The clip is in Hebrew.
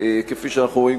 כפי שאנחנו רואים,